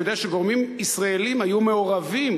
אני יודע שגורמים ישראליים היו מעורבים,